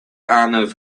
arnav